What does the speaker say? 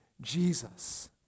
Jesus